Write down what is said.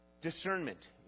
discernment